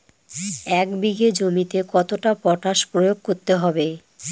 এক বিঘে জমিতে কতটা পটাশ প্রয়োগ করতে হবে?